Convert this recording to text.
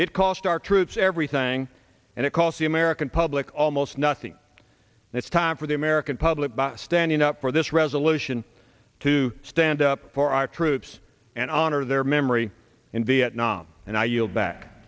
it cost our troops everything and it cost the american public almost nothing and it's time for the american public by standing up for this resolution to stand up for our troops and honor their memory in vietnam and